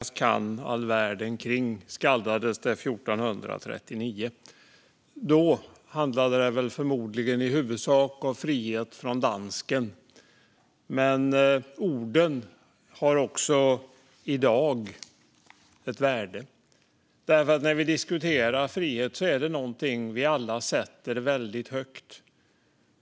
Fru talman! Frihet är det bästa ting som sökas kan all världen kring - så skaldades det 1439. Då handlade det väl förmodligen i huvudsak om frihet från dansken, men orden har också i dag ett värde. När vi diskuterar frihet är det något vi sätter väldigt högt.